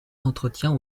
entretient